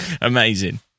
Amazing